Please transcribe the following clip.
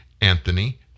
Anthony